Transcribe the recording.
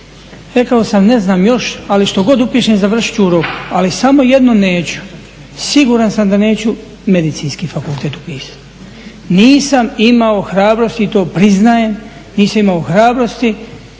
Rekao sam ne znam još, ali što god upišem završit ću u roku, ali samo jedno neću, siguran sam da neću medicinski fakultet upisati. Nisam imao hrabrosti, to priznajem, nisam imao hrabrosti